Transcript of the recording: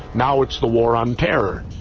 now it's the war on terror.